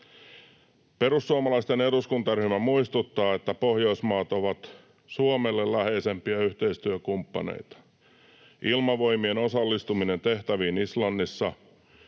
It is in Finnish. Perussuomalaisten eduskuntaryhmä muistuttaa, että Pohjoismaat ovat Suomelle läheisimpiä yhteistyökumppaneita. Ilmavoimien osallistuminen tehtäviin Islannissa,